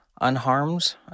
unharmed